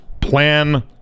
plan